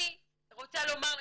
אני רוצה לומר לך,